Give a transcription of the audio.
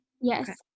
Yes